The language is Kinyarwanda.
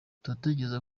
turatekereza